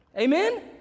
Amen